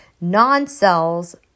Non-cells